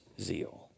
zeal